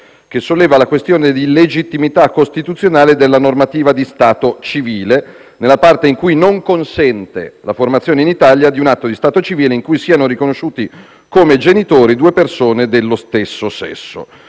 che solleva la questione di legittimità costituzionale della normativa di stato civile, nella parte in cui non consente la formazione in Italia di un atto di stato civile in cui siano riconosciuti come genitori due persone dello stesso sesso.